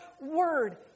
word